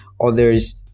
others